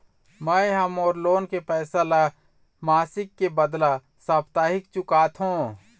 में ह मोर लोन के पैसा ला मासिक के बदला साप्ताहिक चुकाथों